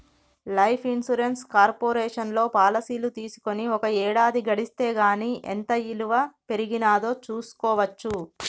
life insurance కార్పొరేషన్లో పాలసీలు తీసుకొని ఒక ఏడాది గడిస్తే గానీ ఎంత ఇలువ పెరిగినాదో చూస్కోవచ్చు